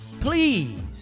Please